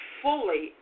fully